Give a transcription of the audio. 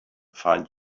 find